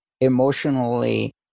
emotionally